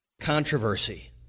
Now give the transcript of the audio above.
controversy